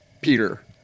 Peter